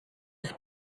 was